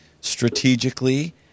strategically